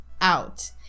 out